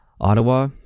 Ottawa